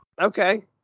Okay